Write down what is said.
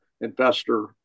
investor